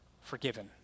forgiven